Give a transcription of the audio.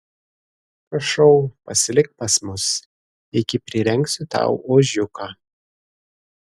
prašau pasilik pas mus iki prirengsiu tau ožiuką